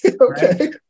Okay